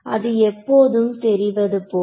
அது எப்போதும் தெரிவது போல